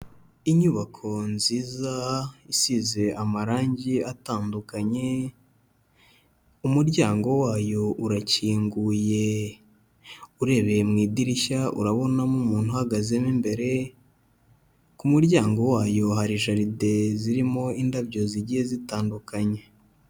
Inyubako nziza isize amarangi atandukanye, umuryango wayo urakinguye, urebeye mu idirishya urabonamo umuntu uhagazemo imbere, ku muryango wayo hari jaride zirimo indabyo zigiye zitandukanye.